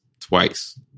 twice